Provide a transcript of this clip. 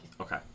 Okay